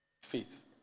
faith